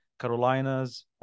Carolinas